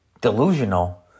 delusional